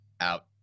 out